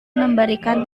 memberikan